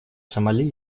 сомали